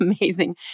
amazing